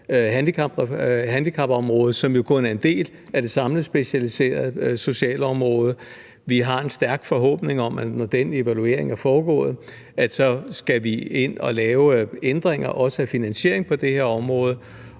handicapområdet, som jo kun er en del af det samlede specialiserede socialområde. Vi har en stærk forhåbning om, at når den evaluering er foregået, skal vi ind at lave ændringer, også af finansieringen på det her område,